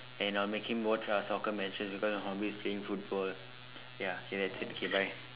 and I'll make him watch uh soccer matches because my hobby is playing football ya K that's it okay bye